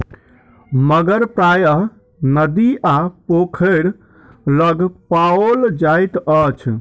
मगर प्रायः नदी आ पोखैर लग पाओल जाइत अछि